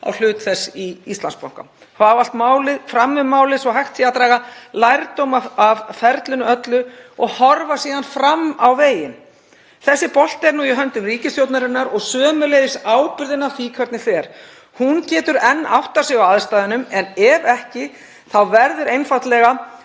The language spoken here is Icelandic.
á hlut þess í Íslandsbanka? Fá allt fram um málið svo hægt sé að draga lærdóm af ferlinu öllu og horfa síðan fram á veginn? Þessi bolti er nú í höndum ríkisstjórnarinnar og sömuleiðis ábyrgðin á því hvernig fer. Hún getur enn áttað sig á aðstæðunum en ef ekki þá verður einfaldlega